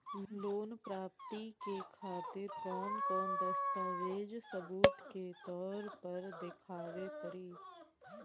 Loan प्राप्ति के खातिर कौन कौन दस्तावेज सबूत के तौर पर देखावे परी?